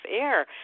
air